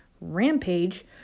rampage